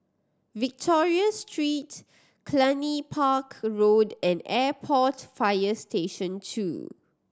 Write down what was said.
Victoria Street Cluny Park Road and Airport Fire Station Two